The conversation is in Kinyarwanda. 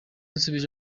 nsubije